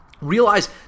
realize